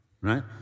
right